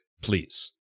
Please